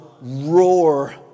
roar